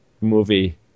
movie